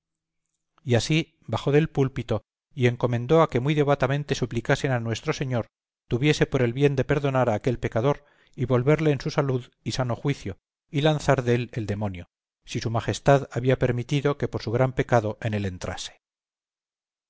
y así bajó del púlpito y encomendó a que muy devotamente suplicasen a nuestro señor tuviese por bien de perdonar a aquel pecador y volverle en su salud y sano juicio y lanzar dél el demonio si su majestad había permitido que por su gran pecado en él entrase